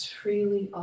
freely